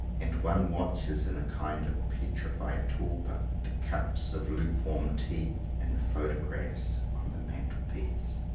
and one watches in a kind of petrified torpor the cups of lukewarm tea and the photographs on the mantelpiece.